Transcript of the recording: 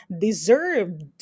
deserved